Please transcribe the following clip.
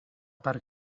per